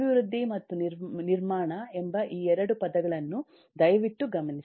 ಅಭಿವೃದ್ಧಿ ಮತ್ತು ನಿರ್ಮಾಣ ಎಂಬ ಈ ಎರಡು ಪದಗಳನ್ನು ದಯವಿಟ್ಟು ಗಮನಿಸಿ